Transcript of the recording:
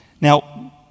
Now